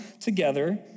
together